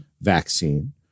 vaccine